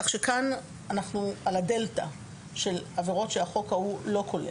כך שכאן אנחנו על הדלתא של עבירות שהחוק ההוא לא כולל.